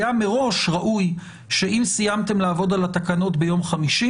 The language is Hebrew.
היה מראש ראוי שאם סיימתם לעבוד על התקנות ביום חמישי